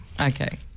Okay